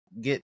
get